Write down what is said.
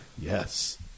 Yes